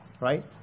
right